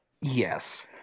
Yes